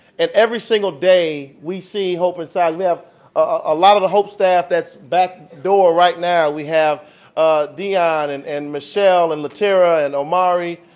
and every single day we see hope inside. we have a lot of the hope staff that's back right now. we have deon and and michelle and latera, and omari,